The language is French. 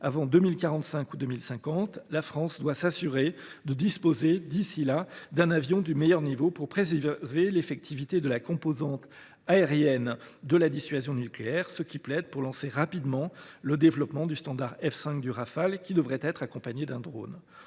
avant 2045 ou 2050. La France doit toutefois disposer d’ici là d’un avion du meilleur niveau pour préserver l’effectivité de la composante aérienne de la dissuasion nucléaire. Voilà pourquoi nous devons lancer rapidement le développement du standard F5 du Rafale, qui devrait être accompagné d’un drone.